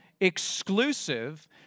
exclusive